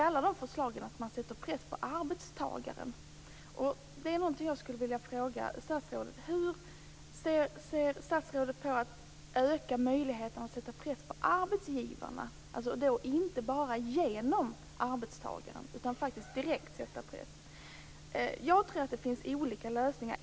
Alla dessa förslag innebär att man sätter press på arbetstagaren. Jag skulle vilja fråga statsrådet hur hon ser på att öka möjligheterna att sätta press direkt på arbetsgivarna - alltså inte bara genom att sätta press på arbetstagarna. Jag tror att det finns olika lösningar.